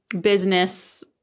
business